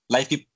Life